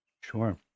Sure